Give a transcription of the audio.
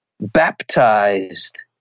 baptized